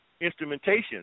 instrumentation